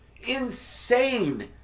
insane